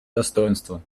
достоинства